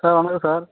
sir வணக்கம் sir